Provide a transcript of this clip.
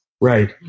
Right